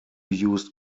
used